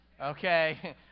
Okay